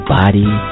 body